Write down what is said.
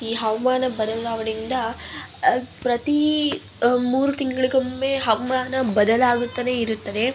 ಈ ಹವಾಮಾನ ಬದಲಾವಣೆಯಿಂದ ಪ್ರತೀ ಮೂರು ತಿಂಗಳಿಗೊಮ್ಮೆ ಹವಾಮಾನ ಬದಲಾಗುತ್ತಲೇ ಇರುತ್ತದೆ